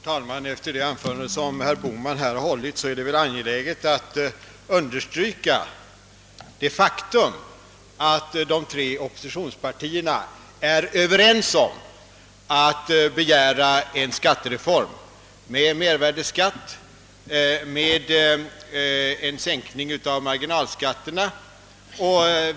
Herr talman! Efter det anförande, som herr Bohman nu hållit, finner jag det angeläget understryka det faktum, att de tre oppositionspartierna är överens om att begära en skattereform med mervärdeskatt och med en sänkning av marginalskatterna.